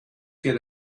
get